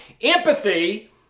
Empathy